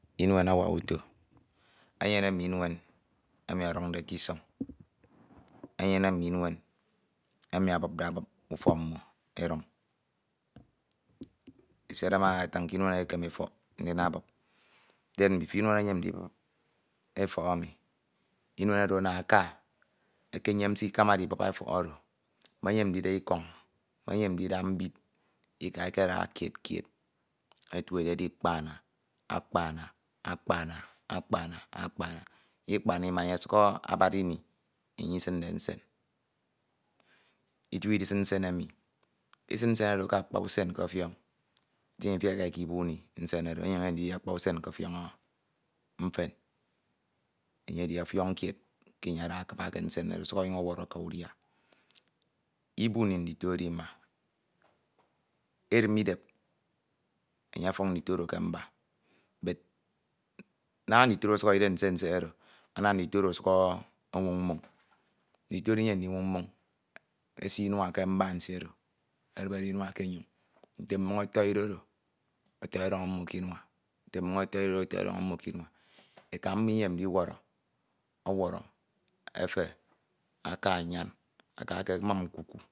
Inuen awak uto, enyene mm'inue emi ọduñde k'isọñ enyene mm'inuen emi abupde abup ufọk mmo eduñ esed ema etatin k'inuen ekeme efọk ndin ebup denbifo inuen oro abup efọk, inuen oro ana ekenyem sikamade ibup efọk oro, menyem ndida ikọñ me enyem ndida mbid, eka ekeda kied kied otu edi edikpana, akpana, akpana akpana akpana ikpana ima enye ọsuk abad ini isiñde nsen itie idisin nsen emi isin nsen oro ke akpa usen k'ọfiọn ete inyuñ ifiak ika ekeburi nsen oroke akpa usen k'ọfiọñ mfen enye edi ọfiọñ kied ke enye ada akiba ke nsen oro ọsuk enyuñ ọwọrọ aka udia. Ibuni ndiko oro ima edim idep, enye ọfuk ndito oro kr mba naña ndito oro ọsuk edide nsek nek oro ana ndito oro ọsuk onwoñ mmoñ. Ndito oro inyem ndinwoñ mmoñ, esi inua ke mba nsie oro edibere inua ke enyoñ nte mmon ọtọnde oro ọtọ ọdọnọ mmo k'inua nte mmoñ otoño otoide ọduk mmo inua eka mmo iyem ndiwọrọ ọwọrọ efe ake anyan aka ekemum nkuku.